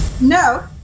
No